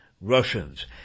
Russians